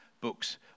books